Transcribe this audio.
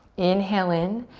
inhale in.